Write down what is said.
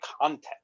content